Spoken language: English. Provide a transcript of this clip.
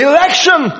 Election